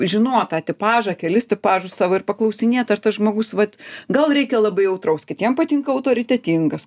žinot tą tipažą kelis tipažus savo ir paklausinėt ar tas žmogus vat gal reikia labai jautraus kitiem patinka autoritetingas